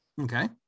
okay